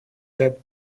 that